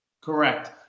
Correct